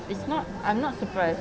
it's not I'm not surprised